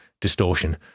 distortion